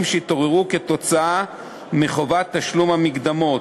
שהתעוררו כתוצאה מחובת תשלום המקדמות.